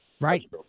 Right